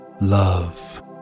love